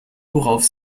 worauf